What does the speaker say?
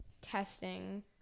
testing